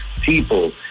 people